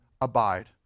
abide